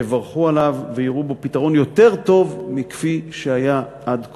יברכו עליו ויראו בו פתרון טוב יותר מכפי שהיה עד כה.